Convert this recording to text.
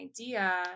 idea